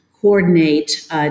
coordinate